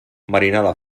marinada